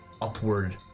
upward